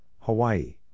Hawaii